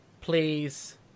please